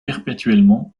perpétuellement